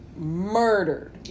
murdered